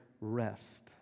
rest